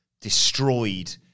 destroyed